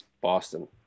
Boston